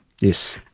Yes